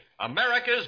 America's